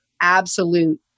absolute